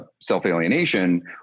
self-alienation